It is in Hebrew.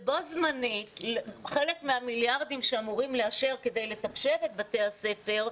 בו זמנית חלק ממיליארדי השקלים שאמורים לאשר כדי לתקשר את בתי הספר,